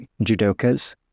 Judokas